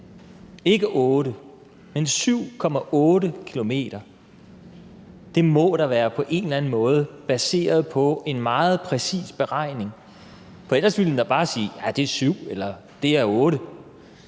ikke 8 km, men 7,8 km. Det må da på en eller anden måde være baseret på en meget præcis beregning. For ellers ville man da bare sige: Jah, det er 7 km, eller,